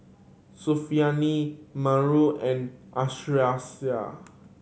Melur and